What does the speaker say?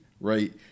right